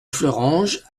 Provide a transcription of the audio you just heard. fleuranges